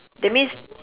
that means